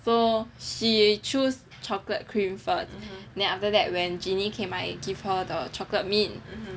so she choose chocolate cream first then after that when Jinny came by I give her the chocolate mint